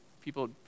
people